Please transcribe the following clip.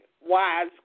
wise